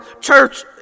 church